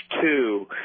two